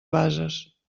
bases